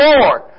Lord